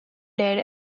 dead